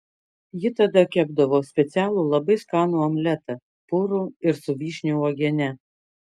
ji tada kepdavo specialų labai skanų omletą purų ir su vyšnių uogiene